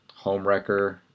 Homewrecker